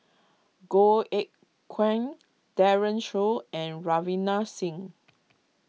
Goh Eck Kheng Daren Shiau and Ravinder Singh